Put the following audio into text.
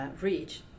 reach